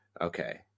Okay